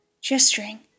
gesturing